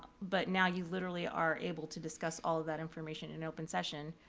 but now you literally are able to discuss all of that information and open session.